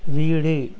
வீடு